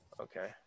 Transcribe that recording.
Okay